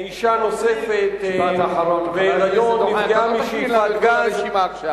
אשה נוספת, בהיריון, נפגעה משאיפת גז.